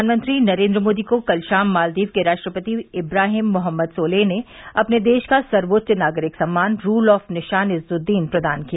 प्रधानमंत्री नरेन्द्र मोदी को कल शाम मालदीव के राष्ट्रपति इब्राहिम मोहम्मद सोलेह ने अपने देश का सर्वेच्च नागरिक सम्मान रूल ऑफ निशान इजजुरीन प्रदान किया